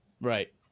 right